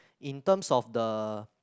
in terms of the